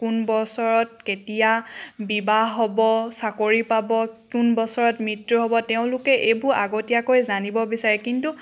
কোন বছৰত কেতিয়া বিবাহ হ'ব চাকৰি পাব কোন বছৰত মৃত্যু হ'ব তেওঁলোকে এইবোৰ আগতীয়াকৈ জানিব বিচাৰে কিন্তু